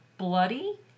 bloody